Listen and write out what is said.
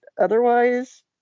otherwise